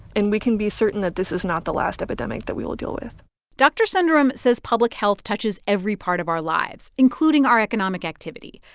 and we can be certain that this is not the last epidemic that we will deal with dr. sundaram says public health touches every part of our lives, including our economic activity.